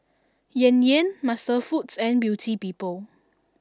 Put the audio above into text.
Yan Yan MasterFoods and Beauty People